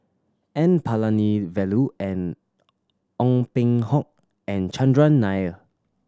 N Palanivelu and Ong Peng Hock and Chandran Nair